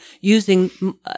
using